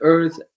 Earth